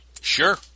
Sure